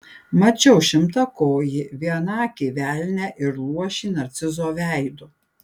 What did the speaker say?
mačiau šimtakojį vienakį velnią ir luošį narcizo veidu